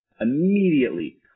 Immediately